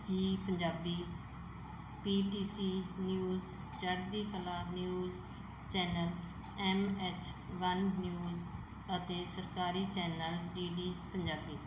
ਜੀ Punjabi PTC news Chardi Kala news channel M H one news ਅਤੇ ਸਰਕਾਰੀ ਚੈਨਲ ਡੀ ਡੀ ਪੰਜਾਬੀ